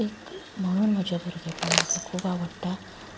एक म्हण म्हज्या भुरगेंपण म्हाका खूब आवडटा